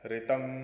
Ritam